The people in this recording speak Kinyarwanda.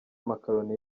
amakaroni